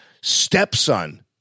stepson